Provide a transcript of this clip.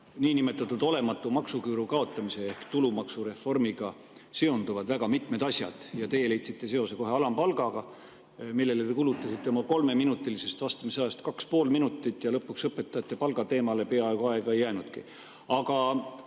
niinimetatud olematu maksuküüru kaotamise ehk tulumaksureformiga seonduvad väga mitmed asjad. Ja teie kohe leidsite seose alampalgaga, millele te kulutasite oma kolmeminutilisest vastamise ajast kaks ja pool minutit, ja lõpuks õpetajate palga teemaks peaaegu aega ei jäänudki.